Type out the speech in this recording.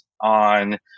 on